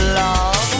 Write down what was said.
love